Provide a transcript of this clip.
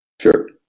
Sure